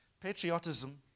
Patriotism